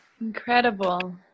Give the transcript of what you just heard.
incredible